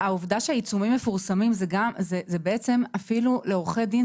העובדה שהעיצומים מפורסמים אפילו מקלה על עורכי הדין,